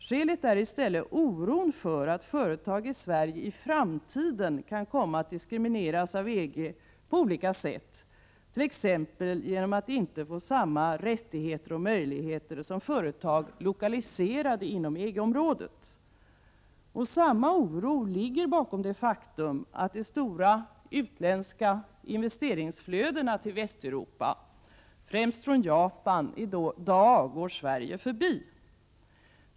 Skälet är i stället oron för att företag i Sverige i framtiden kan komma att diskrimineras av EG på olika sätt, t.ex. genom att inte få samma rättigheter och möjligheter som företag lokaliserade inom EG-området. Och samma oro ligger bakom det faktum att de stora utländska investeringsflödena till Västeuropa — främst från Japan — i dag går Sverige förbi.